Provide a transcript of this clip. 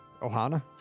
Ohana